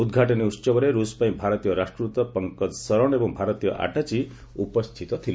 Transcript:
ଉଦ୍ଘାଟନୀ ଉହବରେ ରୁଷ୍ ପାଇଁ ଭାରତୀୟ ରାଷ୍ଟ୍ରଦୃତ ପଙ୍କଜ ସରଣ ଏବଂ ଭାରତୀୟ ଆଟାଚି ଉପସ୍ଥିତ ଥିଲେ